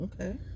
Okay